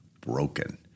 broken